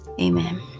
Amen